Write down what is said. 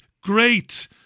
great